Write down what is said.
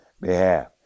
behalf